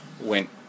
went